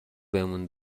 بهمون